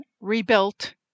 rebuilt